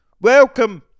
Welcome